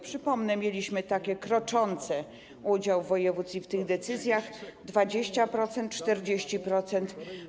Przypomnę, że mieliśmy kroczący udział województw w tych decyzjach - 20%, 40%.